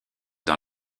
dans